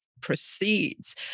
proceeds